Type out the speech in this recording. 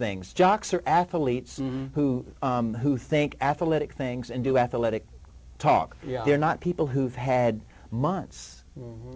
things jocks or athletes who who think athletic things and do athletic talk they're not people who have had months